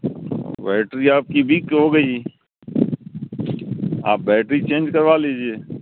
battery آپ کی weak ہو گئی جی آپ بیٹری چینج کروا لیجیے